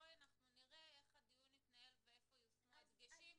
אנחנו נראה איך הוא יתנהל ואיפה יושמו הדגשים.